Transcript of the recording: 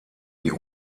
die